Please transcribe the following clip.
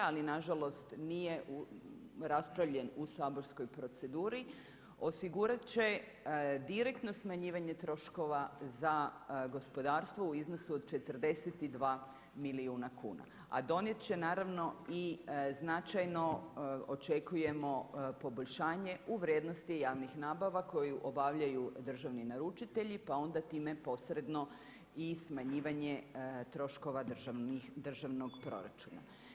Ali na žalost nije raspravljen u saborskoj proceduri osigurat će direktno smanjivanje troškova za gospodarstvo u iznosu od 42 milijuna kuna, a donijet će naravno i značajno očekujemo poboljšanje u vrijednosti javnih nabava koju obavljaju državni naručitelji, pa onda time posredno i smanjivanje troškova državnog proračuna.